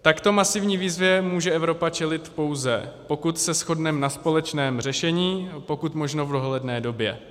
Takto masivní výzvě může Evropa čelit, pouze pokud se shodneme na společném řešení, pokud možno v dohledné době.